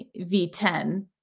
V10